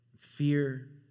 Fear